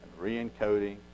re-encoding